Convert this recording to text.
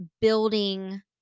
building